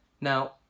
now